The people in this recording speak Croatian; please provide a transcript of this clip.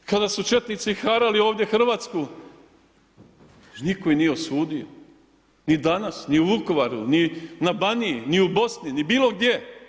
Kada su četnici harali ovdje Hrvatsku niko ih nije osudio, ni danas, ni u Vukovaru, ni na Baniji, ni u Bosni, ni bilo gdje.